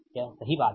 यह सही बात है